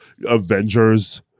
Avengers